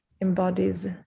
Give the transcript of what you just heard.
embodies